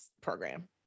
program